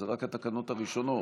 אלה רק התקנות הראשונות.